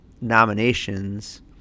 nominations